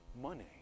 money